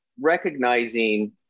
recognizing